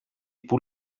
που